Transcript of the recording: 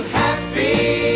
happy